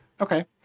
Okay